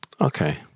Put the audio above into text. Okay